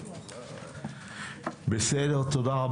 תודה.